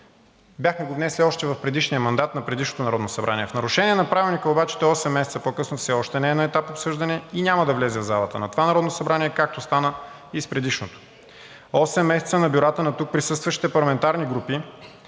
Бяхме го внесли още в предишния мандат на предишното Народно събрание. В нарушение на Правилника обаче той осем месеца по късно все още не е на етап обсъждане и няма да влезе в залата на това Народно събрание, както стана и с предишното. Осем месеца на бюрата на тук присъстващите парламентарни групи